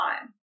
time